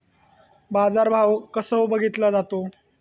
बाजार भाव कसो बघीतलो जाता?